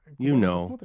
you know,